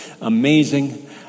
amazing